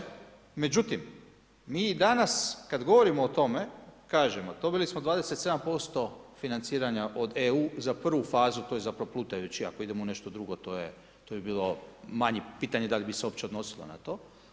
Slažem se, međutim, mi danas kad govorimo o tome, kažemo dobili smo 27% financiranja EU za prvu fazu, to je zapravo plutajući, ako idemo u nešto drugo, to bi bilo manji, pitanje da li bi se uopće odnosilo na to.